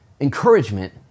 encouragement